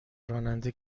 راننده